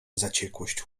zaciekłość